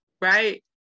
Right